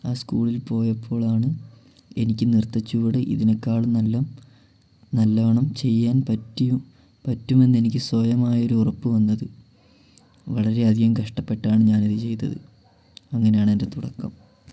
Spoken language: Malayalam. ആ സ്കൂളിൽ പോയപ്പോളാണ് എനിക്ക് നൃത്തച്ചുവട് ഇതിനെക്കാളും നല്ലം നല്ലോണം ചെയ്യാൻ പറ്റിയു പറ്റുമെന്നെനിക്ക് സ്വയമായൊരു ഉറപ്പ് വന്നത് വളരെയധികം കഷ്ടപ്പെട്ടാണ് ഞാനിത് ചെയ്തത് അങ്ങനാണതിൻ്റെ തുടക്കം